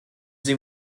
sie